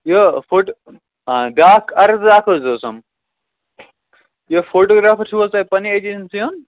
یہِ فُٹ بیاکھ عرض اَکھ حظ اوسُم یہِ فوٹوگرافَر چھُو حظ تۄہہِ پَنٛنہِ ایٚجَنسی ہُنٛد